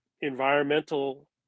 environmental